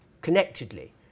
connectedly